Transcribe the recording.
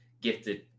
gifted